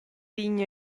pign